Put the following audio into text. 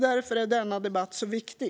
Därför är denna debatt så viktig.